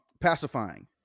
pacifying